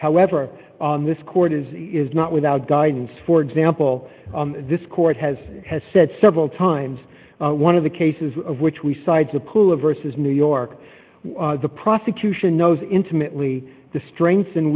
however this court is is not without guidance for example this court has has said several times one of the cases of which we side the pool of versus new york the prosecution knows intimately the strengths and